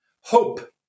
Hope